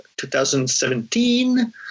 2017